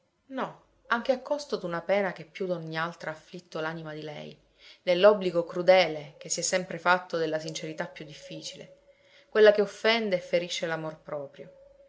no anche a costo d'una pena che più d'ogni altra ha afflitto l'anima di lei nell'obbligo crudele che si è sempre fatto della sincerità più difficile quella che offende e ferisce l'amor proprio